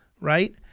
right